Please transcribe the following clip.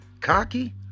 Cocky